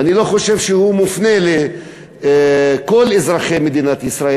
ואני לא חושב שהוא מופנה לכל אזרחי מדינת ישראל.